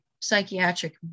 psychiatric